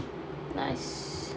nice